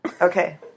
Okay